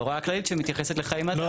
בהוראה הכללית שמתייחסת לחיי מדף.